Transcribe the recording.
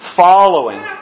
following